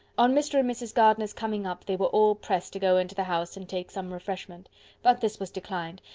on mr. and mrs. gardiner's coming up they were all pressed to go into the house and take some refreshment but this was declined,